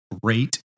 Great